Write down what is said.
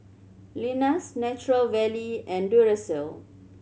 Lenas Nature Valley and Duracell